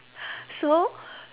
so